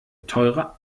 teure